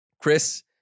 Chris